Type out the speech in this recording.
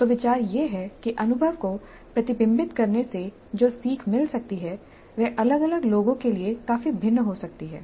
तो विचार यह है कि अनुभव को प्रतिबिंबित करने से जो सीख मिल सकती है वह अलग अलग लोगों के लिए काफी भिन्न हो सकती है